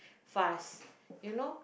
fast you know